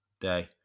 day